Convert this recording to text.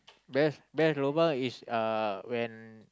best best lobang is uh when